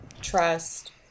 trust